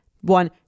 One